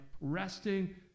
Resting